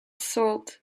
salt